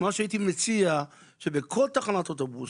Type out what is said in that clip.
מה שהייתי מציע זה שבכל תחנת אוטובוס,